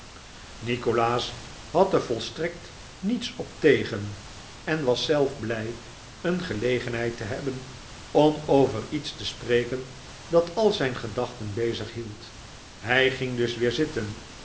nikolaas had er volstrekt niets op tegen en was zelf blij een gelegenheid te hebben om over iets te spreken dat al zijn gedachten bezighield hij ging dus weer zitten